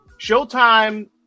Showtime